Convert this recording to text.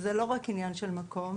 שזה לא רק עניין של מקום.